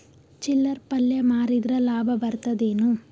ಚಿಲ್ಲರ್ ಪಲ್ಯ ಮಾರಿದ್ರ ಲಾಭ ಬರತದ ಏನು?